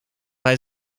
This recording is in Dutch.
hij